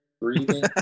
breathing